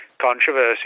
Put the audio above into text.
controversy